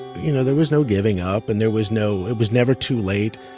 you know, there was no giving up. and there was no it was never too late.